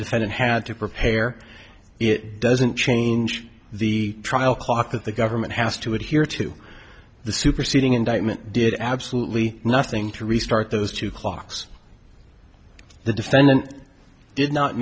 defendant had to prepare it doesn't change the trial clock that the government has to adhere to the superseding indictment did absolutely nothing to restart those two clocks the defendant did not